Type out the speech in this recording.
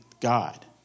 God